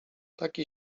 taki